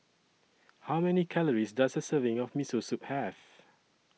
How Many Calories Does A Serving of Miso Soup Have